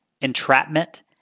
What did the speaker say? entrapment